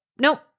nope